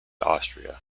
austria